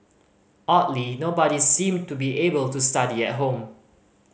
oddly nobody seemed to be able to study at home